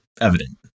evident